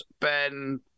Ben